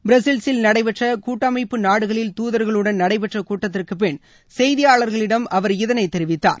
பிரசல்சில் நடைபெற்ற கூட்டமைப்பு நாடுகளில் தூதர்களுடன் நடைபெற்ற கூட்டத்திற்குபின் செய்தியாளர்களிடம் அவர் இதனை தெரிவித்தார்